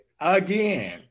again